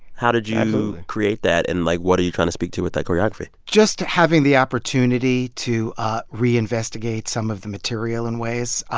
how did you create that and, like, what are you trying to speak to with that choreography? just having the opportunity to ah reinvestigate some of the material in ways.